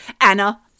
Anna